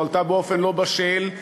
והועלתה באופן לא בשל,